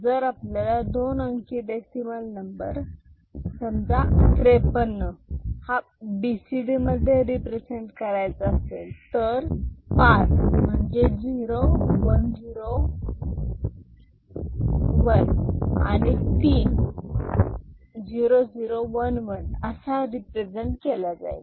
जर आपल्याला दोन अंकी decimal number 53 A B C D मध्ये रिप्रेझेंट करायचा असेल तर पाच 0 1 0 1 आणि तीन 0 0 1 1 असा रिप्रेझेंट केला जाईल